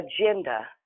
agenda